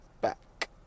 back